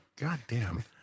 goddamn